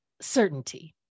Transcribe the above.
certainty